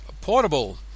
Portable